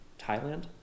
Thailand